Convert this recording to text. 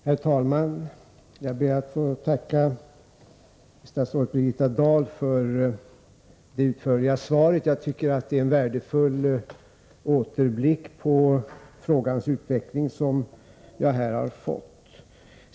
Herr talman! Jag ber att få tacka statsrådet Birgitta Dahl för det utförliga svaret. Jag tycker att det är en värdefull återblick på frågans utveckling som jag här har fått.